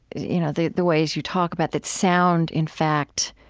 you know the the ways you talk about that sound, in fact,